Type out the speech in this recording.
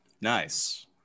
Nice